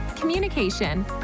communication